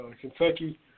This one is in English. Kentucky